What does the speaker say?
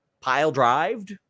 pile-drived